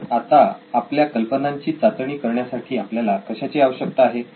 तर आत्ता आपल्या कल्पनांची चाचणी करण्यासाठी आपल्याला कशाची आवश्यकता आहे